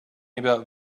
about